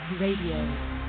Radio